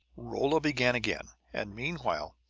rolla began again and meanwhile,